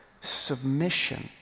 submission